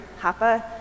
hapa